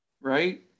right